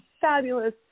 fabulous